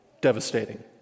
devastating